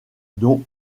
dont